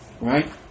right